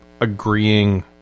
agreeing